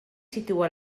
situa